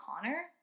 connor